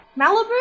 malibu